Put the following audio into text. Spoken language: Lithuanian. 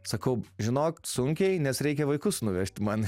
sakau žinok sunkiai nes reikia vaikus nuvežt man